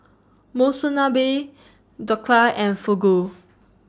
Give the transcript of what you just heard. Monsunabe Dhokla and Fugu